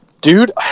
Dude